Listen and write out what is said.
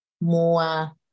more